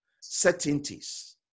certainties